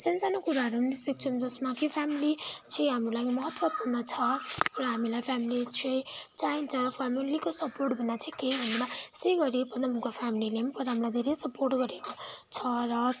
सानसानो कुराहरू पनि सिक्छौँ जसमा कि फ्यामिली चाहिँ हाम्रो लागि महत्त्वपूर्ण छ र हामीलाई फ्यामिली चाहिँ चाहिन्छ फ्यामिलीको सपोर्ट चाहिँ केही हुँदैन त्यसै गरी पदमको फ्यामिलीले पनि पदमलाई धेरै सपोर्ट गरेको छ र